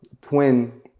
twin